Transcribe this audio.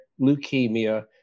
leukemia